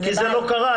כי זה לא קרה.